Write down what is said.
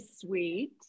sweet